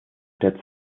der